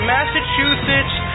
Massachusetts